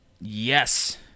Yes